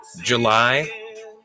July